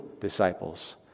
disciples